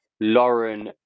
Lauren